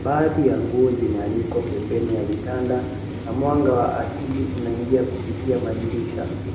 baadhi ya nguo zimeanikwa pembeni ya vitanda na mwanga wa asili unaingia kupitia madirisha.